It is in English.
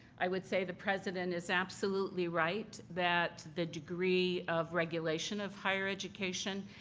i would say the president is absolutely right that the degree of regulation of higher education,